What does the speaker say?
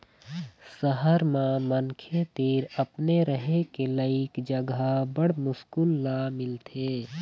सहर म मनखे तीर अपने रहें के लइक जघा बड़ मुस्कुल ल मिलथे